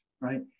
right